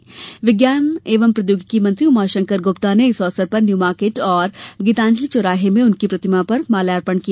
राजस्व विज्ञान एवं प्रौद्योगिकी मंत्री उमाशंकर गुप्ता ने इस अवसर पर न्यू मार्केट और गीतांजलि चौराहा में उनकी प्रतिमा पर माल्यार्पण किया